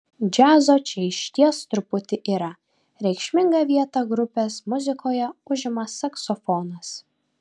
džiazo čia išties truputį yra reikšmingą vietą grupės muzikoje užima saksofonas